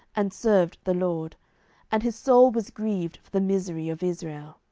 and served the lord and his soul was grieved for the misery of israel.